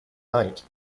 night